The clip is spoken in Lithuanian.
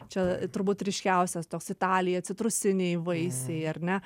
čia turbūt ryškiausias toks italija citrusiniai vaisiai ar ne